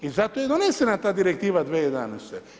I zato je donesena ta direktiva 2011.